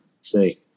see